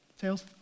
Tails